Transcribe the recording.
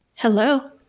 Hello